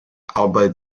arbeit